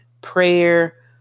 prayer